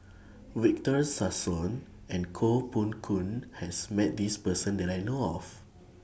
Victor Sassoon and Koh Poh Koon has Met This Person that I know of